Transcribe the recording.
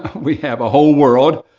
we have a whole world,